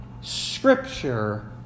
Scripture